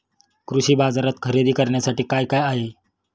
कृषी बाजारात खरेदी करण्यासाठी काय काय आहे?